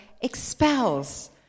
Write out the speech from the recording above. expels